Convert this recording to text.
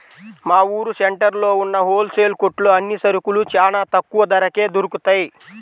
మా ఊరు సెంటర్లో ఉన్న హోల్ సేల్ కొట్లో అన్ని సరుకులూ చానా తక్కువ ధరకే దొరుకుతయ్